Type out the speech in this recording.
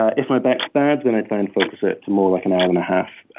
ah if my back's bad, then i try and focus it to more like an hour and a half.